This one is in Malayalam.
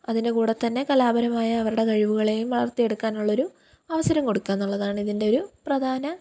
അതിൻ്റെ കൂടെത്തന്നെ കലാപരമായ അവരുടെ കഴിവുകളേയും വളർത്തിയെടുക്കാനുള്ളൊരു അവസരം കൊടുക്കുകയെന്നുള്ളതാണിതിൻ്റെയൊരു പ്രധാന